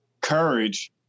courage